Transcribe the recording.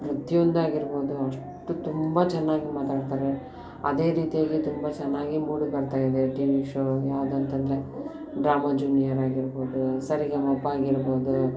ಪ್ರತ್ಯೊಂದು ಆಗಿರ್ಬೋದು ಅಷ್ಟು ತುಂಬ ಚೆನ್ನಾಗಿ ಮಾತಾಡ್ತಾರೆ ಅದೇ ರೀತಿಯಾಗಿ ತುಂಬ ಚೆನ್ನಾಗಿ ಮೂಡಿಬರ್ತಾಯಿದೆ ಟಿ ವಿ ಶೋ ಯಾವ್ದು ಅಂತಂದರೆ ಡ್ರಾಮ ಜೂನಿಯರ್ ಆಗಿರ್ಬೋದು ಸರಿಗಮಪ ಆಗಿರ್ಬೋದು